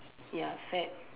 ya fad